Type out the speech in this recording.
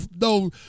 no